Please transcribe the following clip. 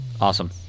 Awesome